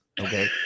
Okay